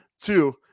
Two